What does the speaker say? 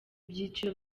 byiciro